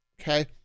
Okay